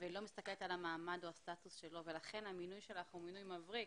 ולא מסתכלת על המעמד או הסטטוס שלו ולכן המינוי שלך הוא מינוי מבריק,